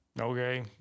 okay